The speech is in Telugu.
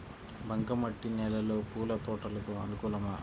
బంక మట్టి నేలలో పూల తోటలకు అనుకూలమా?